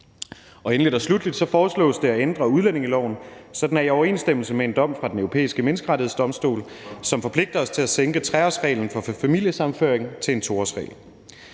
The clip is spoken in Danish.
Endelig og sluttelig foreslås det at ændre udlændingeloven, så den er i overensstemmelse med en dom fra Den Europæiske Menneskerettighedsdomstol, som forpligter os til at sænke 3-årsreglen for familiesammenføring til en 2-årsregel.